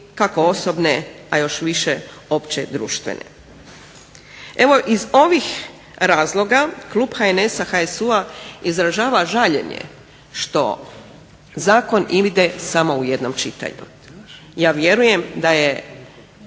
kako osobne, a još više opće društvene. Evo iz ovih razloga klub HNS-HSU-a izražava žaljenje što zakon ide samo u jednom čitanju. Ja vjerujem da je